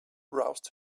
roused